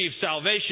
salvation